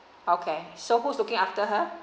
okay so who's looking after her